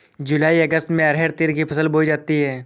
जूलाई अगस्त में अरहर तिल की फसल बोई जाती हैं